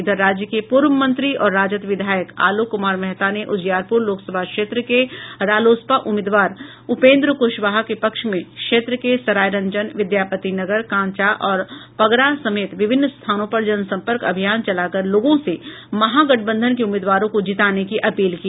इधर राज्य के पूर्व मंत्री और राजद विधायक आलोक कुमार मेहता ने उजियारपुर लोकसभा क्षेत्र के रालोसपा उम्मीदवार उपेंद्र कुशवाहा के पक्ष में क्षेत्र के सरायरंजन विद्यापतिनगर कांचा और पगरा समेत विभिन्न स्थानों पर जनसंपर्क अभियान चलाकर लोगों से महागठबंधन के उम्मीदवारों को जिताने की अपील की